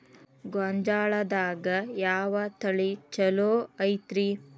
ಗೊಂಜಾಳದಾಗ ಯಾವ ತಳಿ ಛಲೋ ಐತ್ರಿ?